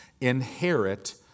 inherit